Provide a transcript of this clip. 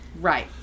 right